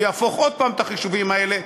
והוא יהפוך עוד פעם את החישובים האלה,